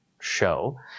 show